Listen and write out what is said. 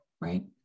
right